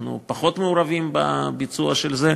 אנחנו פחות מעורבים בביצוע של זה.